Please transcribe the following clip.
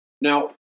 Now